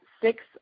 six